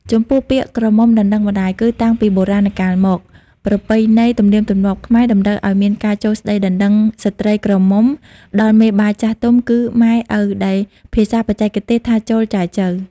ចំពោះ ពាក្យក្រមុំដណ្ដឹងម្ដាយ គឺ តាំងពីបុរាណកាលមក ប្រពៃណីទំនៀមទម្លាប់ខ្មែរតម្រូវឲ្យមានការចូលស្ដីដណ្ដឹងស្ត្រីក្រមុំដល់មេបាចាស់ទុំគឺ ម៉ែ‑ឪ ដែលភាសាបច្ចេកទេសថាចូល «ចែចូវ» ។